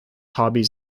hobbies